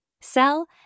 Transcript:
sell